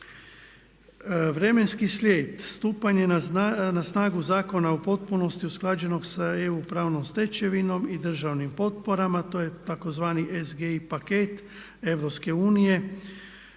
Vremenski slijed, stupanje na snagu Zakona u potpunosti usklađenog sa EU pravnom stečevinom i državnim potporama, to je tzv. …/Govornik se